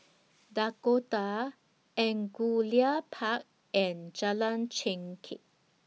Dakota Angullia Park and Jalan Chengkek